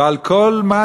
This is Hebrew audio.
ועל כל מה,